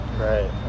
Right